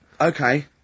Okay